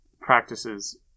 practices